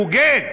זה בוגד.